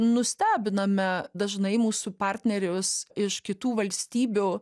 nustebiname dažnai mūsų partnerius iš kitų valstybių